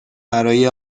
برای